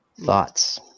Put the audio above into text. Thoughts